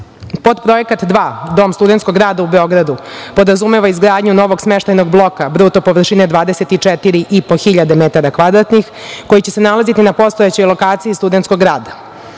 dva, Dom Studentskog grada u Beogradu podrazumeva izgradnju novog smeštajnog bloka bruto površine 24.500 metara kvadratnih koji će se nalaziti na postojećoj lokaciji Studentskog grada.